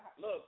look